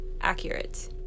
accurate